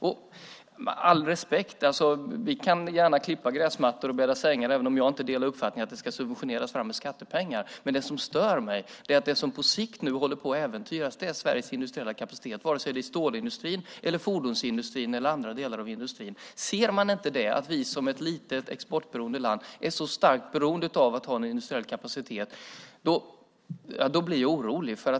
Med all respekt för att vi kan klippa gräsmattor och bädda sängar, även om jag inte delar uppfattningen att det ska subventioneras med skattepengar, men det som stör mig är att Sveriges industriella kapacitet på sikt håller på att äventyras, antingen det gäller stålindustrin, fordonsindustrin eller andra delar av industrin. Om man inte ser att vi som ett litet exportberoende land är starkt beroende av att ha en industriell kapacitet så blir jag orolig.